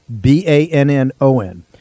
B-A-N-N-O-N